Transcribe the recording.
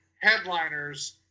headliners